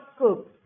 cook